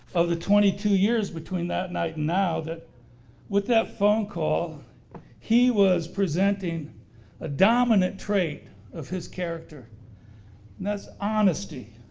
of the twenty two years between that night and now that with that phone call he was presenting a dominant trait of his character that's honesty.